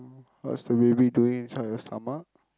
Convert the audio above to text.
what's the baby doing inside your stomach